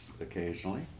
occasionally